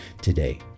Today